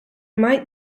might